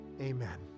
Amen